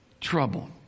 trouble